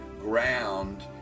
ground